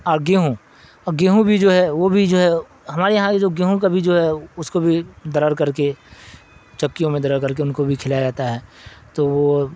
اور گیہوں اور گیہوں بھی جو ہے وہ بھی جو ہے ہمارے یہاں کے جو گیہوں کا بھی جو ہے اس کو بھی درر کر کے چکیوں میں درر کر کے ان کو بھی کھلایا جاتا ہے تو وہ